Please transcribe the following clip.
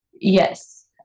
Yes